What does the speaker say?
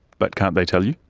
but can't they tell you?